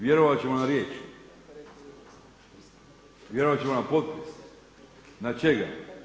Vjerovati ćemo na riječ, vjerovat ćemo na potpis, na čega?